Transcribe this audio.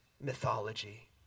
mythology